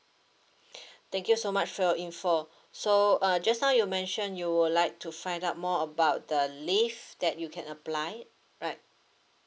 thank you so much for your info so uh just now you mention you would like to find out more about the leave that you can apply right